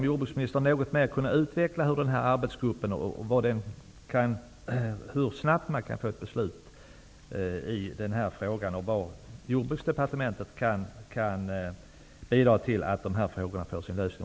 Kan jordbruksministern något mer utveckla hur snabbt arbetsgruppen kan komma fram till ett beslut i den här frågan och hur Jordbruksdepartementet kan bidra till att dessa frågor får sin lösning?